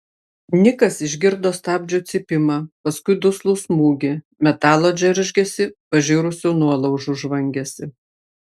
nikas išgirdo stabdžių cypimą paskui duslų smūgį metalo džeržgesį pažirusių nuolaužų žvangesį